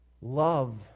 love